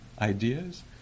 ideas